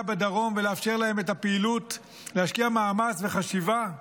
בדרום ולאפשר להם את הפעילות להשקיע מאמץ וחשיבה?